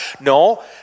No